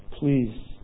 please